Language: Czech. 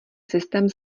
systém